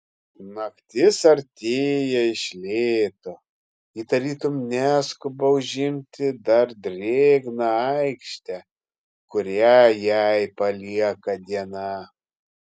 naktis artėja iš lėto ji tarytum neskuba užimti dar drėgną aikštę kurią jai palieka diena